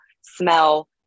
smell